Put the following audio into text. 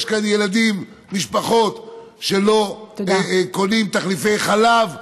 יש כאן משפחות שלא קונות תחליפי חלב לתינוקות,